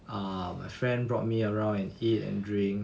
err my friend brought me around and eat and drink